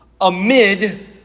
amid